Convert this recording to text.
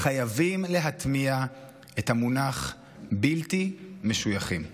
אנחנו חייבים להטמיע את המונח "בלתי משויכים".